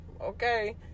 okay